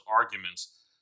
arguments